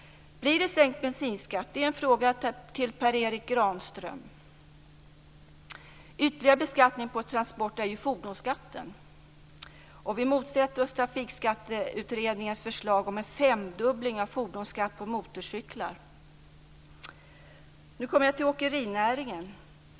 Blir det sänkt bensinskatt? Det är en fråga till Per Erik Granström. Fordonsskatten är ytterligare en beskattning på transporter. Vi motsätter oss Trafikskatteutredningens förslag om en femdubbling av fordonsskatten på motorcyklar. Nu kommer jag till åkerinäringen.